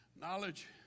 knowledge